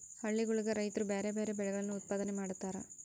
ಹಳ್ಳಿಗುಳಗ ರೈತ್ರು ಬ್ಯಾರೆ ಬ್ಯಾರೆ ಬೆಳೆಗಳನ್ನು ಉತ್ಪಾದನೆ ಮಾಡತಾರ